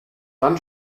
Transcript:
dann